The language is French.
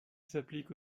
s’applique